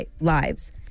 lives